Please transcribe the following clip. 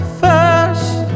first